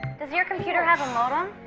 does your computer have a modem?